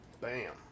Bam